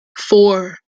four